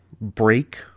break